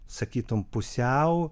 sakytum pusiau